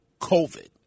COVID